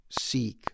seek